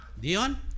Dion